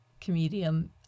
comedian